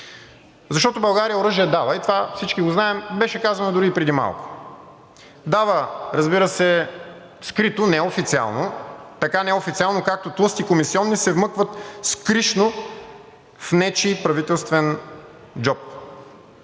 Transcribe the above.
защото България дава оръжие – и това всички го знаем, беше казано дори и преди малко, дава, разбира се, скрито, неофициално, така неофициално, както тлъсти комисиони се вмъкват скришно в нечий правителствен джоб.